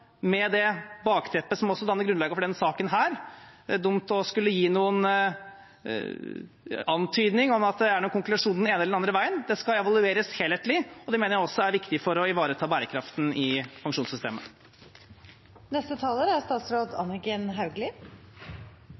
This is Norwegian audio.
med det bakteppet som også danner grunnlaget for denne saken. Det er dumt å skulle gi noen antydning om at det blir en konklusjon den ene eller andre veien. Det skal evalueres helhetlig, og det mener jeg også er viktig for å ivareta bærekraften i pensjonssystemet. Proposisjonen som vi skal legge fram til våren, er